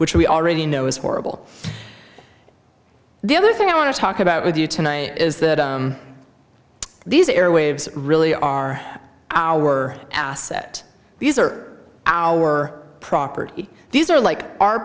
which we already know is horrible the other thing i want to talk about with you tonight is that these airwaves really are our asset these are our property these are like our